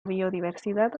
biodiversidad